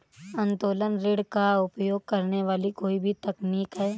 उत्तोलन ऋण का उपयोग करने वाली कोई भी तकनीक है